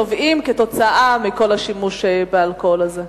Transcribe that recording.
שנובעים מכל השימוש באלכוהול הזה,